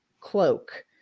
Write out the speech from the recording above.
cloak